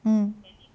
mm